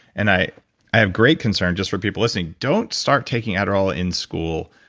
and i i have great concern, just for people listening. don't start taking adderall in school,